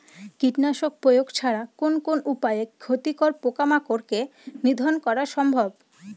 কীটনাশক প্রয়োগ ছাড়া কোন কোন উপায়ে ক্ষতিকর পোকামাকড় কে নিধন করা সম্ভব?